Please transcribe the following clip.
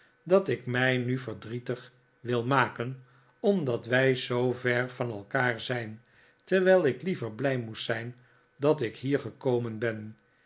dat ik mij nu verdrietig wil maken omdat wij zoo ver van elkaar zijn terwijl ik liever blij moest zijn dat ik hier gekomen ben